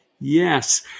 Yes